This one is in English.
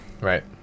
right